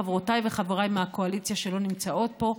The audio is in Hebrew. חברותיי וחבריי מהקואליציה שלא נמצאות פה,